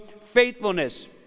faithfulness